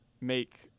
make